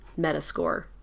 metascore